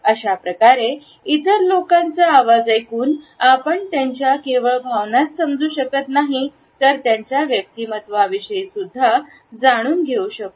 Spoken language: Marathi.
अशा प्रकारे इतर लोकांचा आवाज ऐकून आपण त्यांच्या केवळ भावनांचे समजू शकत नाही तर त्यांच्या व्यक्तिमत्त्वाविषयी सुद्धा जाणून घेऊ शकतो